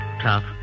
tough